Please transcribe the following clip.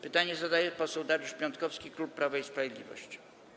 Pytanie zadaje poseł Dariusz Piontkowki, klub Prawo i Sprawiedliwość.